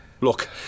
Look